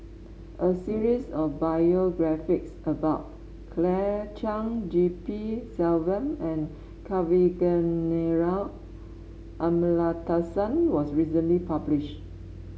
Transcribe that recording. a series of biographies about Claire Chiang G P Selvam and Kavignareru Amallathasan was recently published